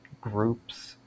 groups